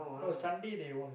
no Sunday they won't